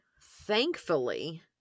Thankfully